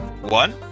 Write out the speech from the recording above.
one